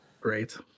Great